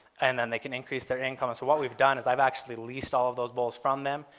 and then they can increase their income. so what we've done is i've actually leased all of those bulls from them.